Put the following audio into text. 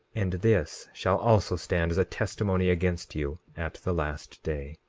and this shall also stand as a testimony against you at the last day.